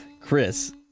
Chris